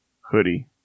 hoodie